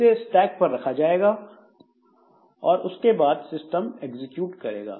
इसे स्टैक पर रखा जाएगा और उसके बाद सिस्टम एग्जीक्यूट करेगा